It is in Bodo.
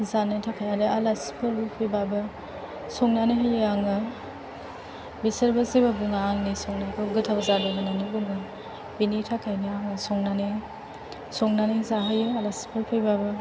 जानो थाखाय आरो आलासिफोर फैबाबो संनानै होयो आङो बिसोरबो जेबो बुङा आंनि संनायखौ गोथाव जादों होन्नानै बुङो बेनि थाखायनो आङो संनानै जाहोयो आलासिफोर फैबाबो